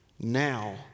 now